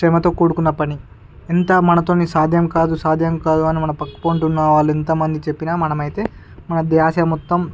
శ్రమతో కూడుకున్న పని ఎంత మనతోటి సాధ్యం కాదు సాధ్యం కాదు అని మన పక్కన ఉంటున్నా వాళ్ళు ఎంతమంది చెప్పినా మనం అయితే మన ధ్యాస మొత్తం